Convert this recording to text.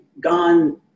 gone